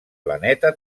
planeta